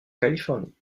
californie